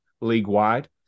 league-wide